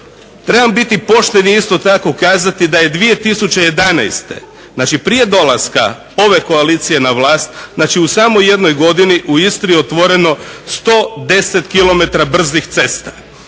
Trebam biti pošten i isto tako kazati da je 2011., znači prije dolaska ove koalicije na vlast, znači u samo jednoj godini u Istri otvoreno 110 km brzih cesta,